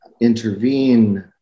intervene